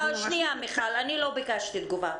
שנייה מיכל, אני לא ביקשתי תגובה.